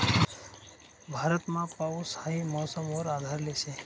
भारतमा पाऊस हाई मौसम वर आधारले शे